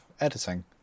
editing